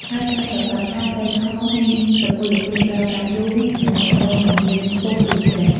ហើយត្រូវប្រាកដថាត្រីខមានសុពលភាពប្រើប្រាស់យូរ និងកំប៉ុងមិនមានពុកឬច្រេះ។